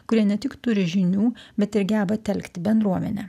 kurie ne tik turi žinių bet ir geba telkti bendruomenę